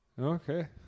Okay